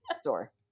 store